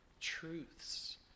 truths